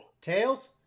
Tails